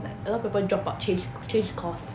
like a lot of people drop out change change course